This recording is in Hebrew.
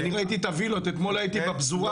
הייתי אתמול בפזורה,